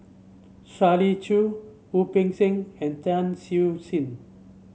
Shirley Chew Wu Peng Seng and Tan Siew Sin